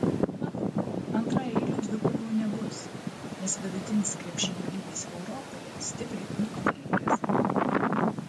manau antraeilių dvikovų nebus nes vidutinis krepšinio lygis europoje stipriai ūgtelėjęs